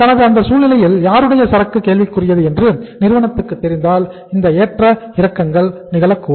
எனது அந்த சூழ்நிலையில் யாருடைய சரக்கு கேள்விக்குரியது என்று நிறுவனத்திற்கு தெரிந்தால் இந்த ஏற்ற இறக்கங்கள் நிகழக்கூடும்